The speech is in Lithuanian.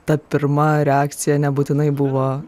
ta pirma reakcija nebūtinai buvo